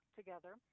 together